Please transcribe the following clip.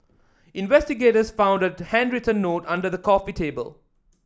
investigators found a handwritten note under the coffee table